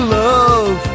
love